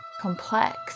complex